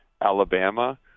Alabama